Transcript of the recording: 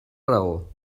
raó